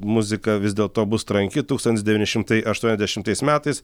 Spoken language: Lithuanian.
muzika vis dėlto bus tranki tūkstantis devyni šimtai aštuoniasdešimtais metais